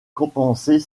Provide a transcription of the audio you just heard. compenser